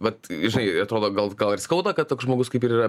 vat žinai atrodo gal gal ir skauda kad toks žmogus kaip ir yra